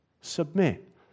Submit